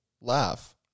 laugh